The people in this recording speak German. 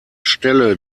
stelle